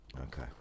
Okay